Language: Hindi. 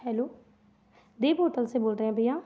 हेलो देव होटल से बोल रहें भैया